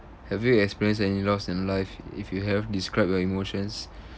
have you experienced any loss in life if you have describe your emotions